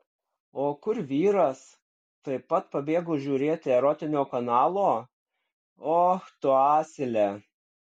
o kur vyras taip pat pabėgo žiūrėti erotinio kanalo och tu asile